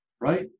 Right